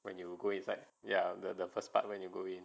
when you go inside ya the the first part when you go in